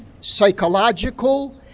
psychological